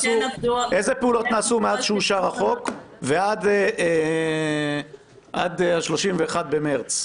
איזה פעולות נעשו מאז שאושר החוק ועד ה-31 במרץ?